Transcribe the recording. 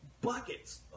buckets